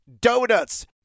Donuts